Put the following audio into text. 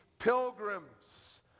pilgrims